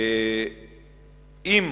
אם